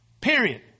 Period